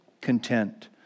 content